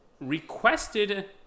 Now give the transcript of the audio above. requested